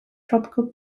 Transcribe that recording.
tropical